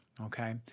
okay